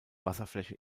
wasserfläche